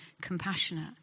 compassionate